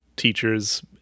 teachers